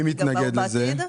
מי מתנגד לזה?